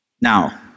Now